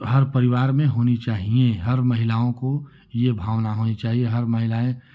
हर परिवार में होनी चाहिए हर महिलाओं को ये भावना होनी चाहिए हर महिलाएं